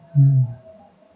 mm